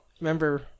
Remember